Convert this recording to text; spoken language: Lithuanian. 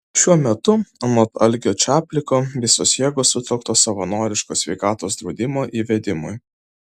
šiuo metu anot algio čapliko visos jėgos sutelktos savanoriško sveikatos draudimo įvedimui